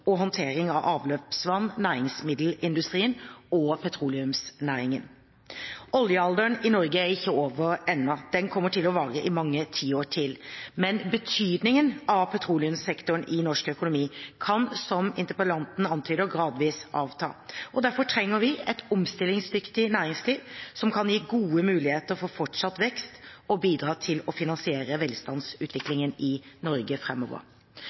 og håndtering av avløpsvann, næringsmiddelindustrien og petroleumsnæringen. Oljealderen i Norge er ikke over ennå. Den kommer til å vare i mange tiår til. Men betydningen av petroleumssektoren i norsk økonomi kan, som interpellanten antyder, gradvis avta. Derfor trenger vi et omstillingsdyktig næringsliv som kan gi gode muligheter for fortsatt vekst og bidra til å finansiere velstandsutviklingen i Norge